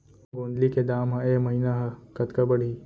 गोंदली के दाम ह ऐ महीना ह कतका बढ़ही?